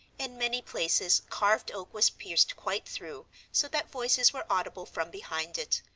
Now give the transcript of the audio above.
in many places carved oak was pierced quite through, so that voices were audible from behind it.